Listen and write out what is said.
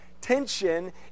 tension